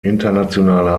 internationaler